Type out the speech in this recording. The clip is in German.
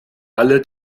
alle